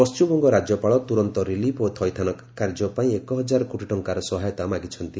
ପଶ୍ଚିମବଙ୍ଗ ରାଜ୍ୟପାଳ ତୁରନ୍ତ ରିଲିଫ ଓ ଥଇଥାନ କାର୍ଯ୍ୟ ପାଇଁ ଏକହଜାର କୋଟି ଟଙ୍କାର ସହାୟତା ମାଗିଛନ୍ତି